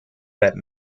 that